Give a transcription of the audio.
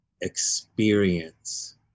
experience